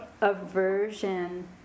Aversion